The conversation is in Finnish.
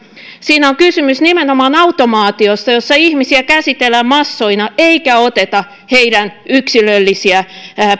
siinä on kysymys nimenomaan automaatiosta jossa ihmisiä käsitellään massoina eikä oteta heidän yksilöllisiä